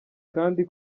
kandi